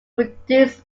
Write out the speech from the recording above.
produced